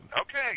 Okay